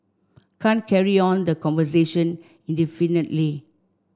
can't carry on the conversation indefinitely